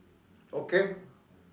okay